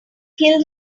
killed